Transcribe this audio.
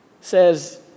says